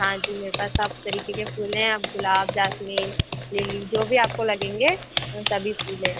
हाँ जी मेरे पास सब तरीके के फूल हैं आप गुलाब जासमीन लिली जो भी आपको लगेंगे सभी फूल हैं